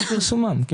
מיום פרסומן.